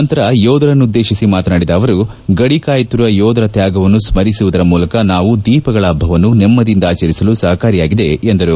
ನಂತರ ಯೋಧರನ್ನುದ್ದೇಶಿಸಿ ಮಾತನಾದಿದ ಅವರು ಗಡಿ ಕಾಯುತ್ತಿರುವ ಯೋಧರ ತ್ಯಾಗವನ್ನು ಸ್ಮರಿಸುವುದರ ಮೂಲಕ ನಾವು ದೀಪಗಳ ಹಬ್ಬವನ್ನು ನೆಮ್ಮದಿಯಿಂದ ಆಚರಿಸಲು ಸಹಕಾರಿಯಾಗಿದೆ ಎಂದರು